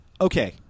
Okay